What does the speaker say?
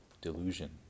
delusion